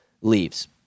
Leaves